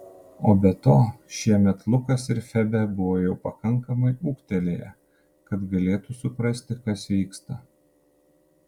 o be to šiemet lukas ir febė buvo jau pakankamai ūgtelėję kad galėtų suprasti kas vyksta